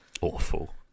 awful